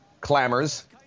clamors